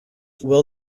will